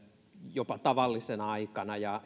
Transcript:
jopa tavallisena aikana ja